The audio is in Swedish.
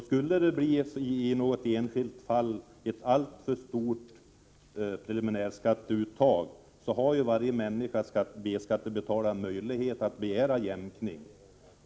Skulle det i något enskilt fall bli ett alltför stort preliminärskatteuttag har ju varje B-skattebetalare möjlighet att begära jämkning.